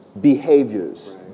behaviors